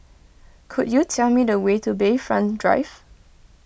could you tell me the way to Bayfront Drive